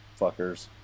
fuckers